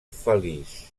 feliç